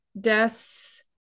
deaths